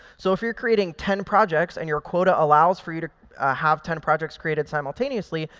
so if you're creating ten projects and your quota allows for you to have ten projects created simultaneously,